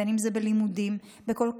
בין בלימודים,